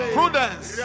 Prudence